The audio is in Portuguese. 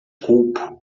culpo